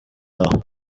aho